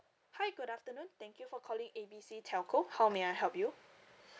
hi good afternoon thank you for calling A B C telco how may I help you